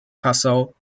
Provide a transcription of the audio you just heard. passau